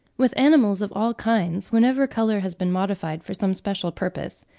with animals of all kinds, whenever colour has been modified for some special purpose,